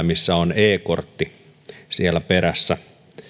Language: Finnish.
missä on e siellä perässä